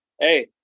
hey